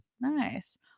Nice